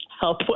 help